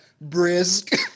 brisk